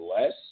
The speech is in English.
less